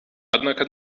однако